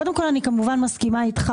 קודם כל אני כמובן מסכימה איתך,